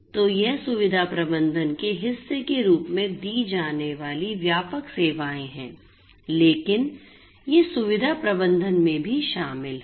तो ये सुविधा प्रबंधन के हिस्से के रूप में दी जाने वाली व्यापक सेवाएं हैं लेकिन ये सुविधा प्रबंधन में भी शामिल हैं